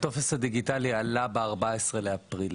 הטופס הדיגיטלי עלה ב-14.04.